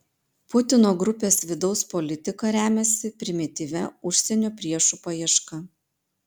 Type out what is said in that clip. putino grupės vidaus politika remiasi primityvia užsienio priešų paieška